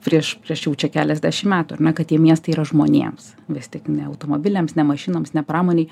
prieš prieš jau čia keliasdešim metų ar ne kad tie miestai yra žmonėms vis tik ne automobiliams ne mašinoms ne pramonei